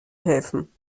helfen